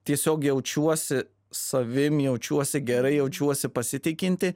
tiesiog jaučiuosi savim jaučiuosi gerai jaučiuosi pasitikinti